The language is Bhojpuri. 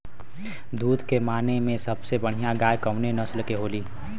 दुध के माने मे सबसे बढ़ियां गाय कवने नस्ल के होली?